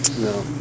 No